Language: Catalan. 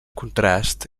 contrast